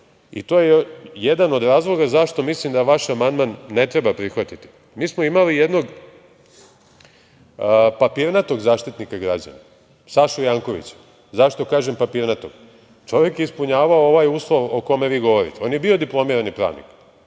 i to je jedan od razloga zašto mislim da vaš amandman ne treba prihvatiti, papirnatog Zaštitnika građana, Sašu Jankovića. Zašto kažem papirnatog? Čovek je ispunjavao ovaj uslov o kojem vi govorite, on je bio diplomirani pravnik.